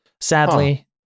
Sadly